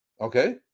okay